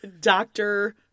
doctor